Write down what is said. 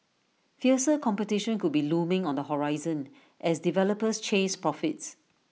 fiercer competition could be looming on the horizon as developers chase profits